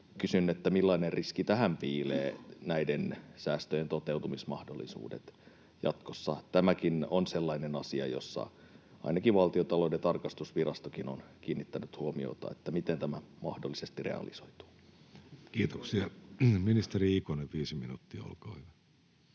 Kysyn: millainen riski näiden säästöjen toteutumismahdollisuuksissa piilee jatkossa? Tämäkin on sellainen asia, johon ainakin Valtiontalouden tarkastusvirasto on kiinnittänyt huomiota, miten tämä mahdollisesti realisoituu. Kiitoksia. — Ministeri Ikonen, viisi minuuttia, olkaa hyvä.